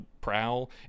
prowl